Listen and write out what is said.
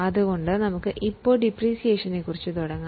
ഇപ്പോൾ നമുക്ക് ഡിപ്രീസിയേഷനിൽ നിന്നും ആരംഭിക്കാം